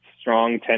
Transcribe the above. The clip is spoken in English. strong